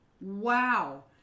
wow